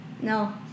No